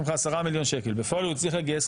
איש הציבור קיבל מחלה או קיבל כתב תביעה או הליך משטרתי